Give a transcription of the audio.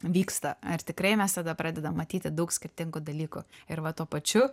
vyksta ar tikrai mes tada pradedam matyti daug skirtingų dalykų ir va tuo pačiu